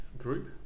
group